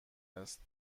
است